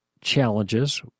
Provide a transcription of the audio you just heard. challenges